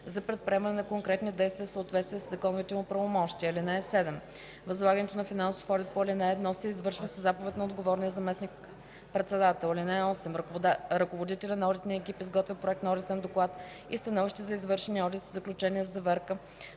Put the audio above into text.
за предприемане на конкретни действия в съответствие със законовите му правомощия. (7) Възлагането на финансов одит по ал. 1 се извършва със заповед на отговорния заместник-председател. (8) Ръководителят на одитния екип изготвя проект на одитен доклад и становище за извършения одит със заключение за заверка,